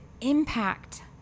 impact